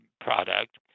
product